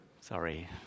Sorry